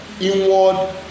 Inward